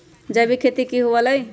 जैविक खेती की हुआ लाई?